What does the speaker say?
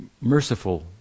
merciful